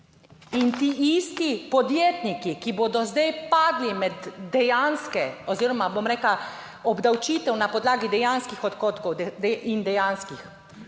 in ti isti podjetniki, ki bodo zdaj padli med dejanske oziroma bom rekla obdavčitev na podlagi dejanskih odhodkov in dejanskih